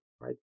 right